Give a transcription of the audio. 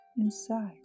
Inside